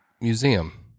Museum